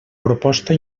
proposta